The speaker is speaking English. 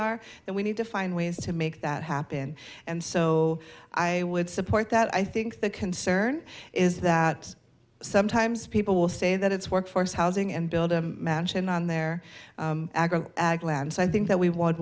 are and we need to find ways to make that happen and so i would support that i think the concern is that sometimes people will say that it's workforce housing and build a mansion on their land so i think that we would